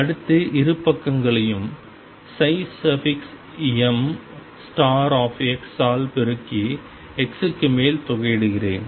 அடுத்து இரு பக்கங்களையும் m ஆல் பெருக்கி x க்கு மேல் தொகையீடுகிறேன்